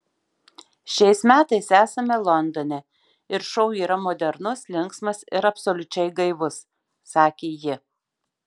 šiais metais esame londone ir šou yra modernus linksmas ir absoliučiai gaivus sakė ji